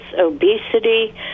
obesity